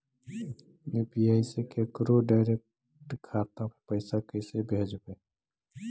UPI से केकरो direct खाता पर पैसा कैसे भेजबै?